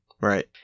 Right